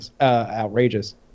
outrageous